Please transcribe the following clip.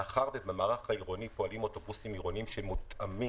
מאחר שבמערך העירוני פועלים אוטובוסים עירוניים שמותאמים